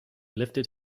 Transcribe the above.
lifted